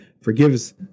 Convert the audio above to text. forgives